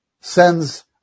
sends